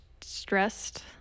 stressed